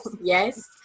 yes